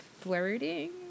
flirting